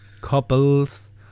Couples